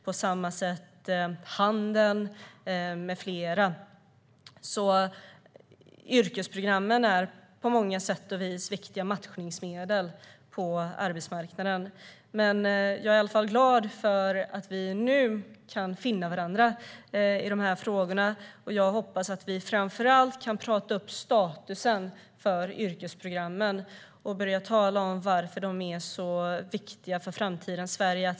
På samma sätt är det när det gäller handeln och flera andra. Yrkesprogrammen är på många sätt viktiga matchningsmedel på arbetsmarknaden. Jag är i alla fall glad för att vi nu kan finna varandra i de här frågorna. Jag hoppas att vi framför allt kan prata upp statusen för yrkesprogrammen och börja tala om varför de är viktiga för framtidens Sverige.